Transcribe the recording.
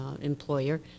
employer